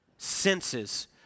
Senses